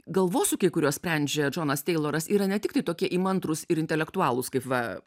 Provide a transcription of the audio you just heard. galvosūkiai kuriuos sprendžia džonas teiloras yra ne tiktai tokie įmantrūs ir intelektualūs kaip va